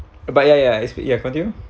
but ya ya it's ya continue